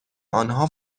آنها